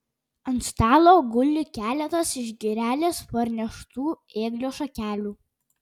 ant stalo guli keletas iš girelės parneštų ėglio šakelių